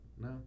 No